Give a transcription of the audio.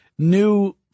New